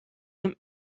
him